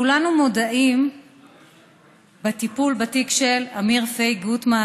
כולנו מודעים לטיפול בתיק של אמיר פחח גוטמן,